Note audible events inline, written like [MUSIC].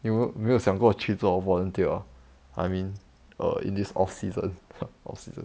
有你没有想过去做 volunteer ah I mean err in this off season [LAUGHS] off season